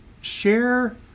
share